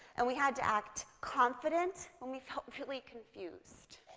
and we had to act confident when we felt really confused.